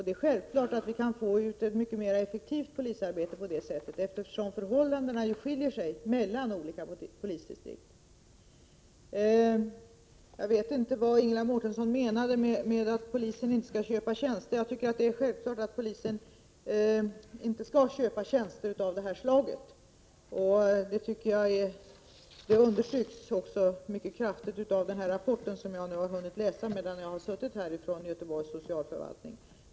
Det är självklart att vi på det sättet kan få ut ett mycket mer effektivt polisarbete — förhållandena skiljer sig ju mellan polisdistrikt. Jag vet inte vad Ingela Mårtensson menade när hon sade att polisen inte skall köpa tjänster. Jag tycker att det är självklart att polisen inte skall köpa tjänster av det här slaget. Det understryks också mycket kraftigt i rapporten från Göteborgs socialförvaltning, som jag har hunnit läsa nu medan jag suttit här.